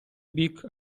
бік